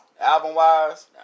Album-wise